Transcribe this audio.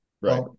Right